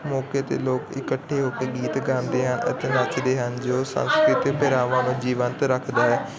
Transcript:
ਮੌਕੇ 'ਤੇ ਲੋਕ ਇਕੱਠੇ ਹੋ ਕੇ ਗੀਤ ਗਾਉਂਦੇ ਹਨ ਅਤੇ ਨੱਚਦੇ ਹਨ ਜੋ ਸੰਸਕ੍ਰਿਤੀ ਨੂੰ ਜੀਵੰਤ ਰੱਖਦਾ ਹੈ